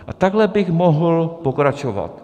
A takhle bych mohl pokračovat.